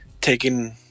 taking